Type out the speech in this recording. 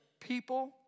people